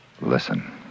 Listen